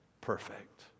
perfect